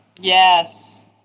Yes